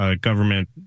government